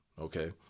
okay